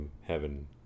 Heaven